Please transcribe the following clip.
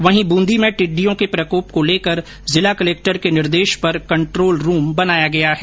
वहीं बूंदी में टिड्डियों के प्रकोप को लेकर जिला कलक्टर के निर्देश पर कंट्रोल रूम बनाया गया हैं